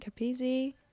Capizzi